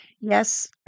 Yes